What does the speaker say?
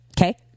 Okay